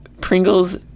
Pringles